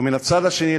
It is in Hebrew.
ומן הצד השני,